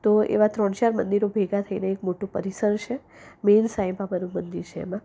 તો એવા ત્રણ ચાર મંદિરો ભેગા થઈને એક મોટું પરિસર છે મેઈન સાઈબાબાનું મંદિર એમાં